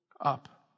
up